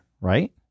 Right